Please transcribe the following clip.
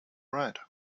right